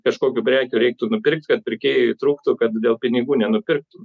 kažkokių prekių reiktų nupirkt kad pirkėjui trūktų kad dėl pinigų nenupirktum